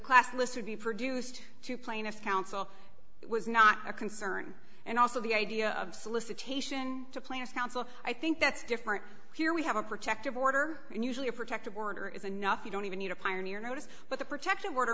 would be produced to plaintiff counsel was not a concern and also the idea of solicitation to play as counsel i think that's different here we have a protective order and usually a protective order is enough you don't even need a pioneer notice but the protective order